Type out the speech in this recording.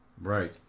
Right